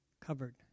covered